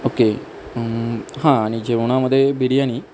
okay हां आणि जेवणामध्ये बिर्याणी